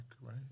right